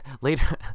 later